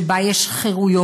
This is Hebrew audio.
שבה יש חירויות,